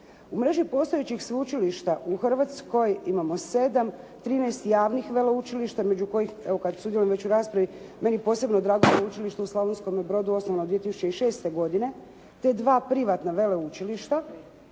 U mreži postojećih sveučilišta u Hrvatskoj imamo 7, 13 javnih veleučilišta među kojih evo kada sudjelujem već u raspravi, meni posebno drago veleučilište u Slavonskom Brodu osnovano 2006. te 2 privatna veleučilišta